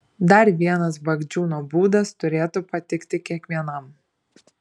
dar vienas bagdžiūno būdas turėtų patikti kiekvienam